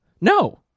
No